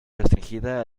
restringida